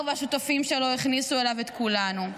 והשותפים שלו הכניסו אליו את כולנו.